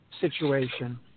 situation